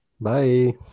Bye